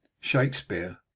Shakespeare